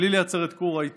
בלי לייצר את כור ההיתוך.